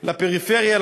לפריפריה,